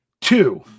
Two